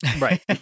Right